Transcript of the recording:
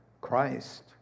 Christ